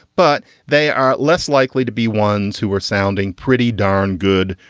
but they are less likely to be ones who are sounding pretty darn good.